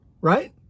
Right